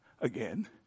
again